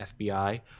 FBI